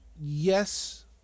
Yes